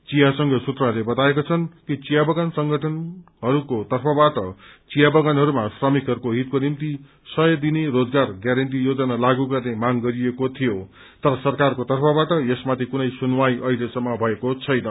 चिया संघ सूत्रहरूले बताएका छन् कि चिायबगान संगठनहरूको तर्फबाट चियाबगानहरूमा श्रमिकहरूको हितको निम्ति सय दिने रोजगार म्यारेण्टी योजना लागू गत्ने मांग गरिएको थियो तर सरकारको तर्फबाट यसमाथि कुनै सुनवाई अहिलेसम्म भएको छैन